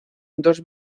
dos